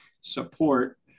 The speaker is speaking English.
support